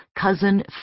cousin